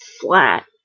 flat